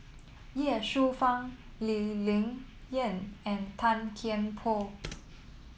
Ye Shufang Lee Ling Yen and Tan Kian Por